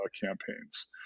campaigns